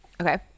Okay